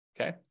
okay